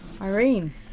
Irene